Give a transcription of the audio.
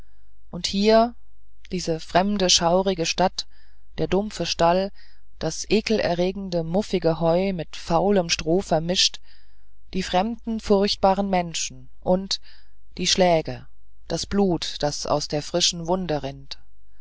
und hier diese fremde schaurige stadt der dumpfe stall das ekelerregende muffige heu mit faulem stroh gemischt die fremden furchtbaren menschen und die schläge das blut das aus der frischen wunde rinnt